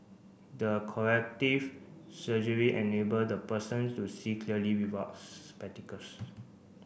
the corrective surgery enable the person to see clearly without spectacles